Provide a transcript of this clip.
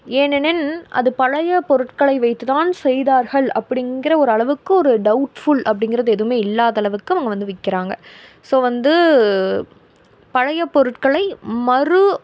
ஏனெனின் அது பழைய பொருட்களை வைத்து தான் செய்தார்கள் அப்படிங்கிற ஒரு அளவுக்கு ஒரு டவுட்ஃபுல் அப்படிங்கிறது எதுவுமே இல்லாத அளவுக்கு அவங்க வந்து விற்கிறாங்க ஸோ வந்து பழைய பொருட்களை மறு